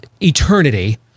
eternity